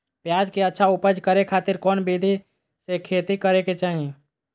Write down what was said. प्याज के अच्छा उपज करे खातिर कौन विधि से खेती करे के चाही?